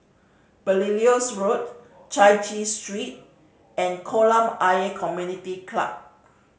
Belilios Road Chai Chee Street and Kolam Ayer Community Club